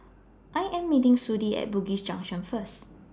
I Am meeting Sudie At Bugis Junction First